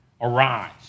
arise